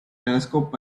telescope